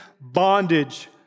bondage